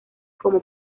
como